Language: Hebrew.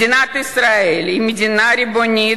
מדינת ישראל היא מדינה ריבונית